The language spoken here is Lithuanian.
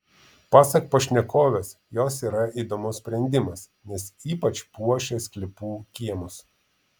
pasak pašnekovės jos yra įdomus sprendimas nes ypač puošia sklypų kiemus